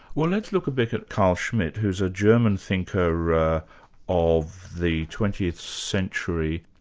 well, let's look a bit at carl schmitt, who's a german thinker ah of the twentieth century,